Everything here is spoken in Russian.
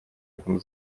этом